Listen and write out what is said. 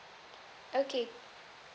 okay